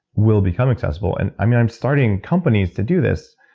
will become accessible. and i'm i'm starting companies to do this.